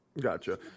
Gotcha